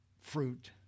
fruit